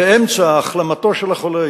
באמצע החלמתו של החולה,